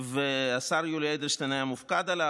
והשר יולי אדלשטיין היה מופקד עליו.